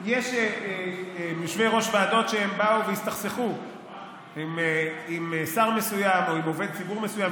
יש יושבי-ראש ועדות שהסתכסכו עם שר מסוים או עם עובד ציבור מסוים,